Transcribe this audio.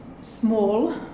small